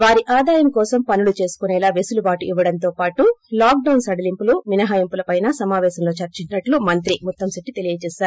వారి ఆదాయం కోసం పనులు చేసుకునేలా వెసులుబాటు ఇవ్వడంతో పాటు లాక్ డౌన్ సడలింపులు మినహాయింపులపైనా సమాపేశంలో చర్చించినట్టు మంత్రి ముత్తంశెట్లి తెలియజేశారు